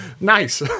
nice